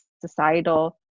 societal